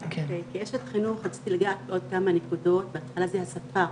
כאשת חינוך רציתי להגיד עוד כמה נקודות בהתחלה זה השפה,